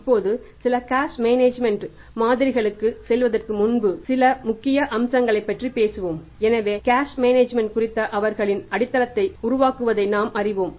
இப்போது சில cash management குறித்து அவர்களின் அடித்தளத்தை உருவாக்குவதை நாம் அறிவோம்